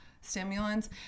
stimulants